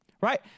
right